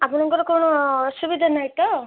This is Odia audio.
ଆପଣଙ୍କର କ'ଣ ଅସୁବିଧା ନାହିଁ ତ